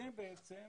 זה קרה